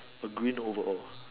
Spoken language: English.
a green overall